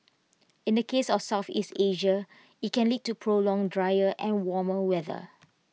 in the case of Southeast Asia IT can lead to prolonged drier and warmer weather